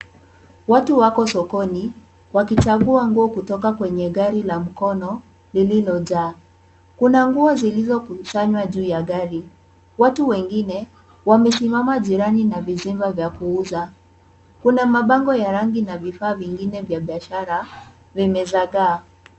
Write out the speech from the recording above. Watu wako sokoni wakichambua nguo kutoka kwenye gari la mkono lililojaa. Kuna nguo zilizokusanywa juu ya gari. Watu jirani wamesimama na vizimba vya kuuza. Kuna mabango na bidhaa vingine vya biashara vimezagaa.